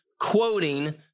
quoting